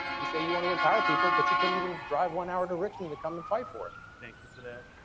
you say you want to empower people, but you couldn't even drive one hour to richmond to come and fight for it. thank you for that.